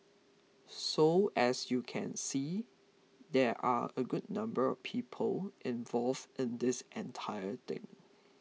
so as you can see there are a good number of people involved in this entire thing